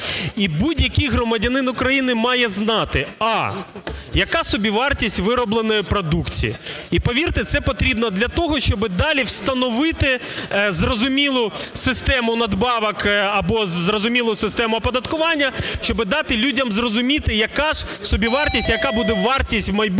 І будь-який громадянин України має знати: а) яка собівартість виробленої продукції. І повірте, це потрібно для того, щоб далі встановити зрозумілу систему надбавок або зрозумілу систему оподаткування, щоб дати людям зрозуміти, яка ж собівартість, яка буде вартість у майбутньому,